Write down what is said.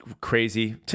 crazy